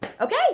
Okay